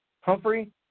Humphrey